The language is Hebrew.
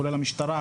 כולל המשטרה,